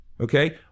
Okay